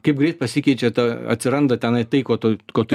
kaip greit pasikeičia ta atsiranda tenai tai ko tu ko tu